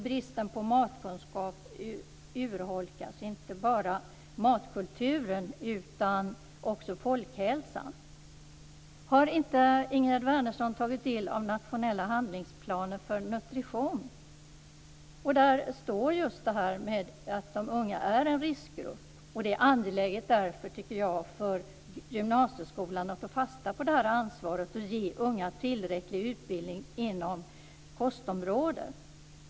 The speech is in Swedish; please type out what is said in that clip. Bristen på matkunskap urholkar inte bara matkulturen utan också folkhälsan. Har inte Ingegerd Wärnersson tagit del av den nationella handlingsplanen för nutrition? Där kan man läsa bl.a. att de unga är en riskgrupp. Därför är det angeläget för gymnasieskolan att ta fasta på det ansvaret att ge unga tillräcklig utbildning inom kostområdet.